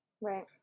right